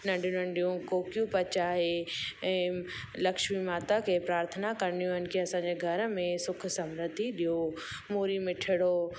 नंढियूं नंढियूं कोकियूं पचाए ऐं लक्ष्मी माता खे प्रार्थना करिणियूं असांजे घर में सुख समृद्धि ॾियो पूरी मिठड़ो